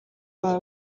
aba